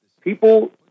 people